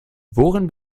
worin